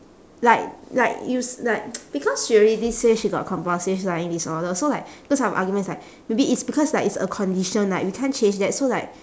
like like you s~ like because she already say she got compulsive lying disorder so like those side of argument is like maybe it's because like it's a condition like we can't change that so like